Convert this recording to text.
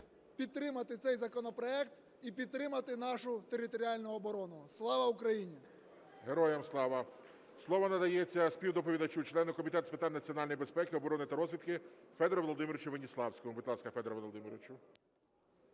підтримати цей законопроект і підтримати нашу територіальну оборону. Слава Україні! ГОЛОВУЮЧИЙ. Героям слава! Слово надається співдоповідачу члену Комітету з питань національної безпеки, оборони та розвідки Федору Володимировичу Веніславському.